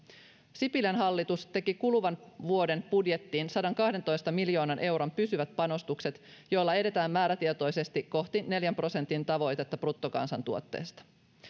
sipilän hallitus teki kuluvan vuoden budjettiin sadankahdentoista miljoonan euron pysyvät panostukset joilla edetään määrätietoisesti kohti neljän prosentin tavoitetta bruttokansantuotteesta